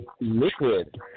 liquid